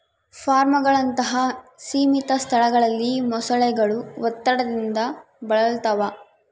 ಫಾರ್ಮ್ಗಳಂತಹ ಸೀಮಿತ ಸ್ಥಳಗಳಲ್ಲಿ ಮೊಸಳೆಗಳು ಒತ್ತಡದಿಂದ ಬಳಲ್ತವ